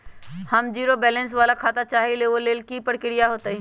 हम zero balance वाला खाता चाहइले वो लेल की की प्रक्रिया होतई?